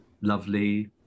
lovely